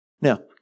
Now